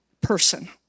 person